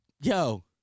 Yo